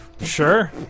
Sure